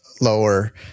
lower